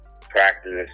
practice